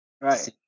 Right